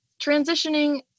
transitioning